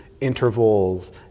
intervals